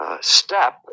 step